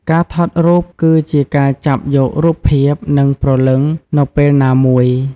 ការថតរូបគឺជាការចាប់យករូបភាពនិងព្រលឹងនៅពេលណាមួយ។